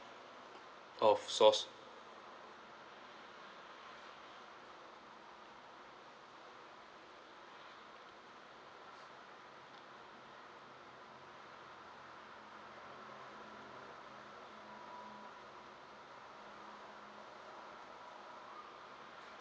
of sauce